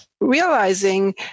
realizing